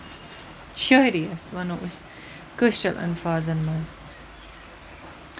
شہری یس وَنو أسۍ کٲشِرٮ۪ن اَلفاظن منٛز